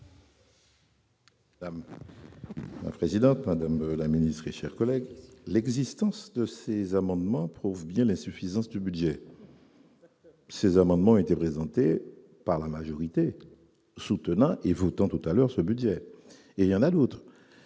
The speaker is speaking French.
parole. Présidente, Madame la Ministre et cher collègue, l'existence de ces amendements prouve bien l'insuffisance du budget. Ces amendements étaient présentées par la majorité soutenant et votants tout à l'heure, ce budget et il y en a d'autres,